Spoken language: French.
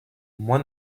moi